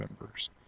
members